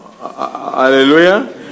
Hallelujah